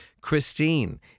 Christine